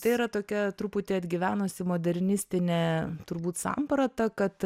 tai yra tokia truputį atgyvenusi modernistinė turbūt samprata kad